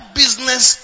business